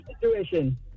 situation